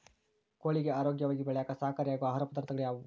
ಕೋಳಿಗೆ ಆರೋಗ್ಯವಾಗಿ ಬೆಳೆಯಾಕ ಸಹಕಾರಿಯಾಗೋ ಆಹಾರ ಪದಾರ್ಥಗಳು ಯಾವುವು?